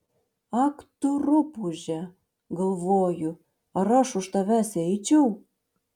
ak tu rupūže galvoju ar aš už tavęs eičiau